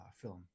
film